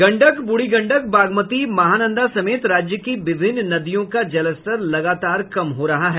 गंडक बूढ़ी गंडक बागमती महानंदा समेत राज्य की विभिन्न नदियों का जलस्तर लगातार कम हो रहा है